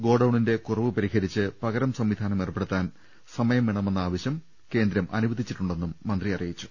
ഗോഡൌണിന്റെ കുറവ് പരിഹരിച്ച് പ്രകരം സംവിധാനം ഏർപ്പെടുത്താൻ സമയം വേണമെന്ന ആവശ്യം കേന്ദ്രം അനു വദിച്ചിട്ടുണ്ടെന്നും മന്ത്രി അറിയിച്ചു